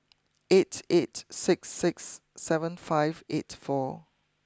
eight eight six six seven five eight four